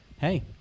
Hey